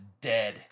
dead